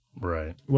Right